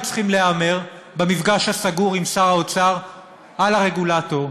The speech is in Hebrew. צריכים להיאמר במפגש הסגור עם שר האוצר על הרגולטור.